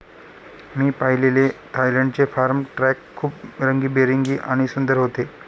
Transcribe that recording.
मी पाहिलेले थायलंडचे farm truck खूप रंगीबेरंगी आणि सुंदर होते